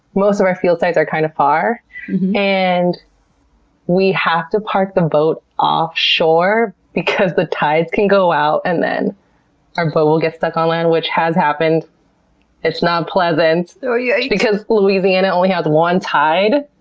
most of our field sites are kind of far and we have to park the boat offshore because the tides can go out and then our boat will get stuck on land, which has happened it's not pleasant yeah because louisiana only has one tide.